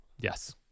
yes